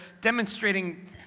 demonstrating